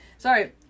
Sorry